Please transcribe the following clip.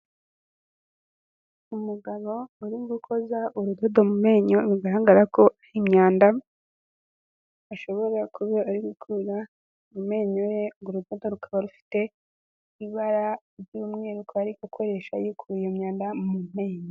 Umugabo ari gukoza urudodo mu menyo bigaragara ko hari imyanda ashobora kuba ari gukura mu menyo ye, urwo rudodo rukaba rufite ibara ry'umweru akaba ari gukoresha yikura iyo myanda mu menyo,